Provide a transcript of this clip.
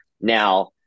Now